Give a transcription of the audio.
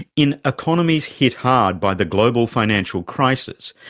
in economies hit hard by the global financial crisis,